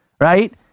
right